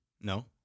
No